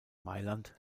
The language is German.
mailand